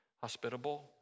hospitable